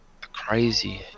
Crazy